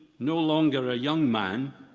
no longer a young man,